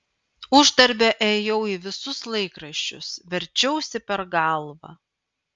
uždarbio ėjau į visus laikraščius verčiausi per galvą